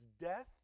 death